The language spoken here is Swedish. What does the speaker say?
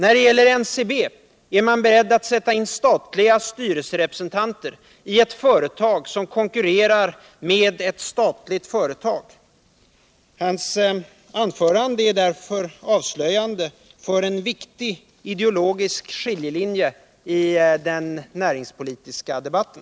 I fråga om NCB är man beredd att sätta in statliga styrelserepresentanter i ett företag som konkurrerar med ett statligt företag. Olof Palmes anförande avslöjade en viktig ideologisk skiljelinje i den näringspolitiska debatten.